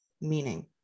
meaning